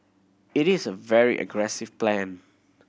it is a very aggressive plan